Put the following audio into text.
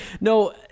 No